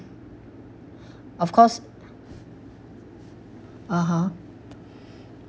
of course (uh huh)